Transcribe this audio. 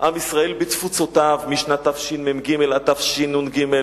עם ישראל בתפוצותיו, משנת תשמ"ג עד תשנ"ג,